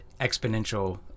exponential